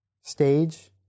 stage